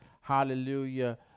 hallelujah